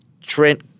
Trent